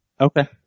Okay